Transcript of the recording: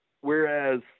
whereas